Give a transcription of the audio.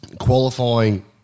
qualifying